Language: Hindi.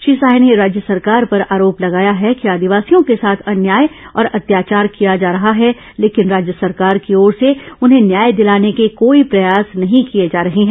श्री साय ने राज्य सरकार पर आरोप लगाया है कि आदिवासियों के साथ अन्याय और अत्याचार किया जा रहा है लेकिन राज्य सरकार की ओर से उन्हें न्याय दिलाने के कोई प्रयास नहीं किए जा रहे हैं